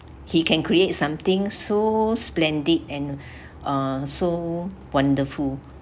he can create something so splendid and uh so wonderful